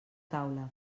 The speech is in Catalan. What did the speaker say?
taula